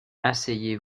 asseyez